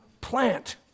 plant